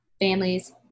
families